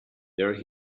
there